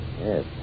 Yes